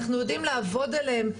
אנחנו יודעים לעבוד עליהם,